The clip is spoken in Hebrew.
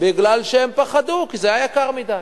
בגלל שהם פחדו, כי זה היה יקר מדי.